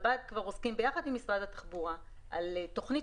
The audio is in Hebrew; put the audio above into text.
ברלב"ד כבר עוסקים ביחד עם משרד התחבורה על הכשרה,